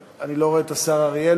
אני לא רואה פה את השר אריאל.